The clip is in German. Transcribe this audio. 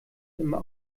immer